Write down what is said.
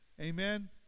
Amen